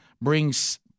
brings